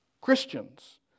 Christians